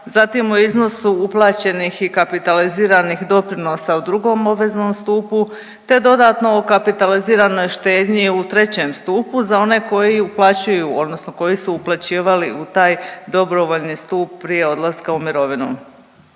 zatim o iznosu uplaćenih i kapitaliziranih doprinosa u II. obveznom stupu te dodatno o kapitaliziranoj štednji u III. stupu za one koji uplaćuju odnosno koji su uplaćivali u taj dobrovoljni stup prije odlaska u mirovinu.